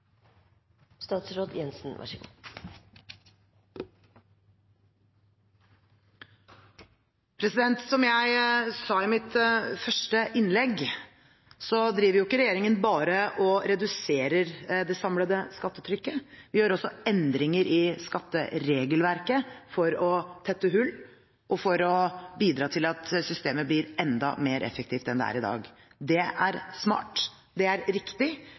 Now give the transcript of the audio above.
Som jeg sa i mitt første innlegg, reduserer ikke regjeringen bare det samlede skattetrykket. Vi gjør også endringer i skatteregelverket for å tette hull og for å bidra til at systemet blir enda mer effektivt enn det er i dag. Det er smart. Det er riktig.